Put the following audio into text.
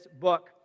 book